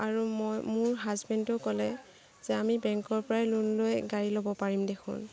আৰু মই মোৰ হাজবেণ্ডো ক'লে যে আমি বেংকৰ পৰাই লোণ লৈ গাড়ী ল'ব পাৰিমদেখোন